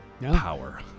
power